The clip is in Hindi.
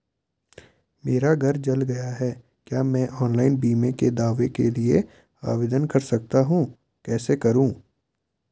मेरा घर जल गया है क्या मैं ऑनलाइन बीमे के दावे के लिए आवेदन कर सकता हूँ कैसे करूँ?